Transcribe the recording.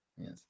Yes